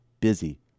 busy